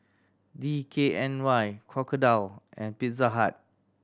D K N Y Crocodile and Pizza Hut